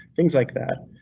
things like that.